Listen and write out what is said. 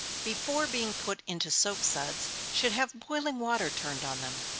before being put into soap-suds, should have boiling water turned on them,